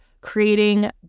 creating